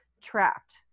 trapped